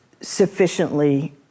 sufficiently